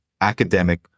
academic